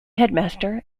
headmaster